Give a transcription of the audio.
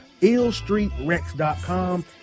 illstreetrex.com